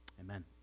Amen